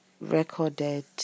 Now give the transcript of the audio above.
recorded